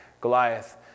Goliath